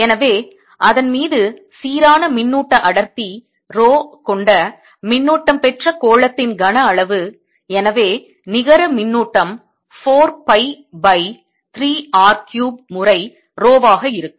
எனவே அதன் மீது சீரான மின்னூட்ட அடர்த்தி ரோ கொண்ட மின்னூட்டம் பெற்ற கோளத்தின் கன அளவு எனவே நிகர மின்னூட்டம் 4 பை by 3 R cube முறை ரோவாக இருக்கும்